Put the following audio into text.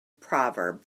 proverb